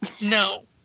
no